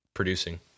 producing